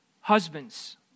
husbands